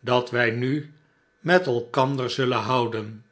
dat wij nu met elkander zullen houden